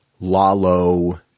lalo